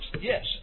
Yes